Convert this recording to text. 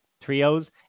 trios